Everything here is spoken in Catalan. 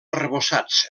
arrebossats